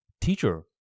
teacher